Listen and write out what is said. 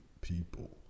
people